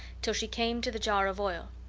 till she came to the jar of oil.